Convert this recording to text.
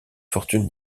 fortunes